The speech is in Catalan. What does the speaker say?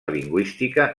lingüística